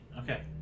Okay